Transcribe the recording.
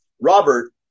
Robert